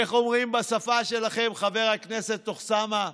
איך אומרים בשפה שלכם, חבר הכנסת אוסאמה?